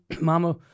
Mama